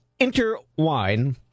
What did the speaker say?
Interwine